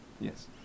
Yes